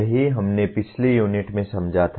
यही हमने पिछली यूनिट में समझा था